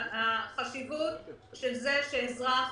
החשיבות של זה שאזרח